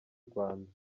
rwanda